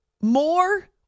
more